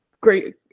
great